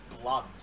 Blood